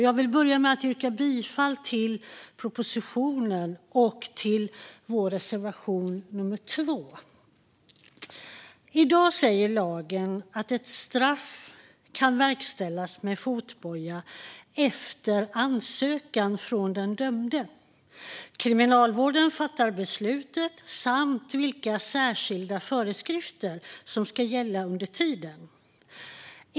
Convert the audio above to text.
Jag vill börja med att yrka bifall till propositionen och till vår reservation nummer 2. I dag säger lagen att ett straff kan verkställas med fotboja efter ansökan från den dömde. Kriminalvården fattar beslutet samt beslutar vilka särskilda föreskrifter som ska gälla under tiden.